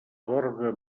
gorga